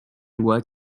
loi